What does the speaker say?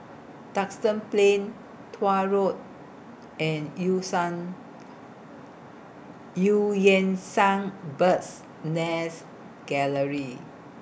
Duxton Plain Tuah Road and EU Sang EU Yan Sang Bird's Nest Gallery